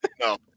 No